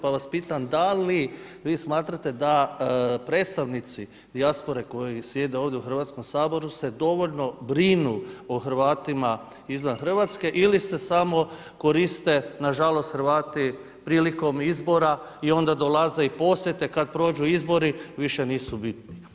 Pa vas pitam, da li vi smatrate da predstavnici dijaspore koji sjede ovdje u Hrvatskom saboru se dovoljno brinu o Hrvatima izvan Hrvatske ili se samo koriste, nažalost Hrvati prilikom izbora i onda dolaze i posjete, kad prođu izbori, više nisu bitni?